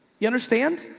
you understand?